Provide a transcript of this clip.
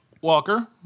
Walker